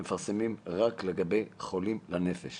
מפרסמים רק לגבי חולים לנפש